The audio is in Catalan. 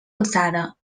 alçada